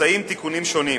מוצעים תיקונים שונים